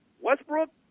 Westbrook